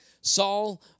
Saul